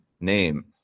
name